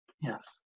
Yes